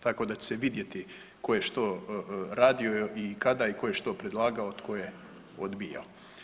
Tako da će se vidjeti tko je što radio i kada i tko je što predlagao, tko je odbijao.